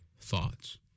thoughts